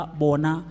bona